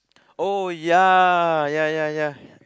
oh ya ya ya ya